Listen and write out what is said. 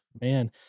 Man